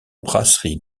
brasserie